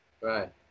right